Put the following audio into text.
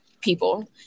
people